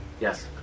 Yes